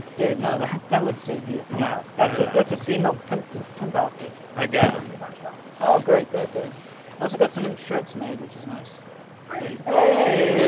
dude know that that would suit you now that's ah that's a c-milk pimp pimp outfit i guess oh great great good. i also got something shirts made which is nice hey